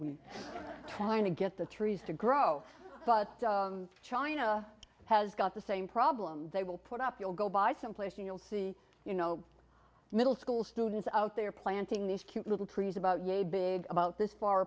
we're trying to get the trees to grow but china has got the same problem they will put up you'll go buy some place and you'll see you know middle school students out there planting these cute little trees about yay big about this far